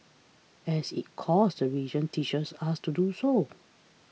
as its core the religion teaches us to do sore